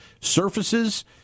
surfaces